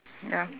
ya